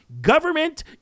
government